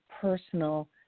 personal